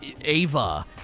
Ava